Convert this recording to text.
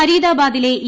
ഫരീദാബാദിലെ E